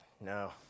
no